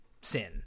sin